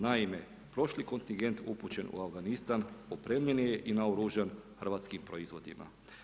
Naime, prošli kontingent upućen u Afganistan opremljen je i naoružan hrvatskim proizvodima.